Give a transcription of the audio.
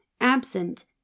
absent